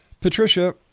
Patricia